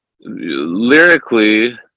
lyrically